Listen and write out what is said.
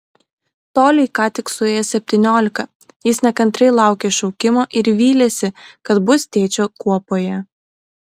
toliai ką tik suėjo septyniolika jis nekantriai laukė šaukimo ir vylėsi kad bus tėčio kuopoje